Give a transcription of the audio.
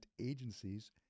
agencies